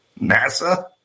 NASA